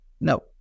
No